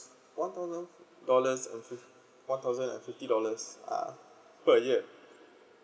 one thousand dollars and fif~ one thousand and fifty dollars uh per year